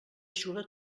eixuga